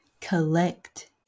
collect